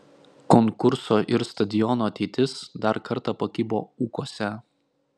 konkurso ir stadiono ateitis dar kartą pakibo ūkuose